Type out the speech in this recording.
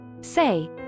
Say